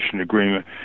agreement